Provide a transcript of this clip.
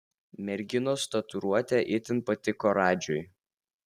merginos tatuiruotė itin patiko radžiui